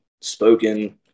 spoken